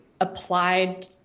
Applied